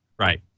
Right